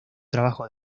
trabajo